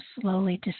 slowly